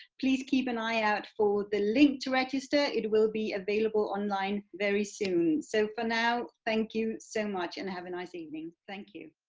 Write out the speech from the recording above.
please keep an eye out for the link to register. it will be available online very soon so for now thank you so much and have a nice evening. thank you.